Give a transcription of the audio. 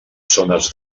zones